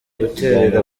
guterera